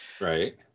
Right